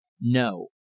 No